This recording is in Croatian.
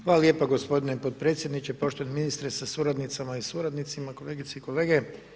Hvala lijepa gospodine podpredsjedniče, poštovani ministre sa suradnicama i suradnicima, kolegice i kolege.